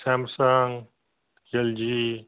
Samsung LG